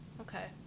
Okay